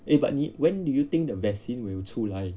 eh but 你 when do you think the vaccine will 出来